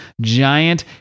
giant